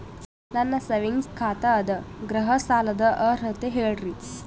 ನನ್ನ ಸೇವಿಂಗ್ಸ್ ಖಾತಾ ಅದ, ಗೃಹ ಸಾಲದ ಅರ್ಹತಿ ಹೇಳರಿ?